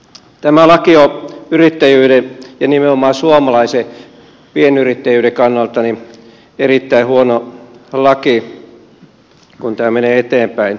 tämä laki on yrittäjyyden ja nimenomaan suomalaisen pienyrittäjyyden kannalta erittäin huono laki kun tämä menee eteenpäin